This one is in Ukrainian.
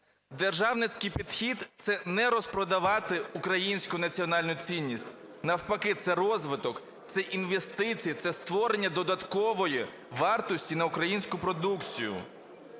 Державницький підхід – це не розпродавати українську національну цінність. Навпаки, це розвиток, це інвестиції, це створення додаткової вартості на українську продукцію.